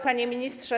Panie Ministrze!